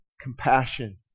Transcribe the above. compassion